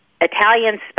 Italian